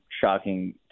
shocking